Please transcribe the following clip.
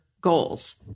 goals